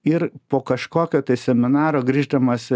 ir po kažkokio seminaro grįždamas